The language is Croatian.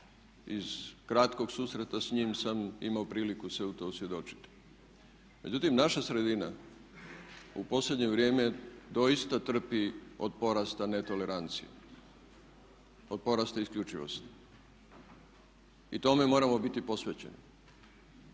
Iz kratkog susreta s njim sam imao priliku se o tome osvjedočiti. Međutim, naša sredina u posljednje vrijeme doista trpi od porasta netolerancije, od porasta isključivosti. I tome moramo biti posvećeni.